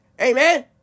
Amen